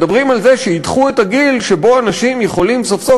מדברים על זה שידחו את הגיל שבו אנשים יכולים סוף-סוף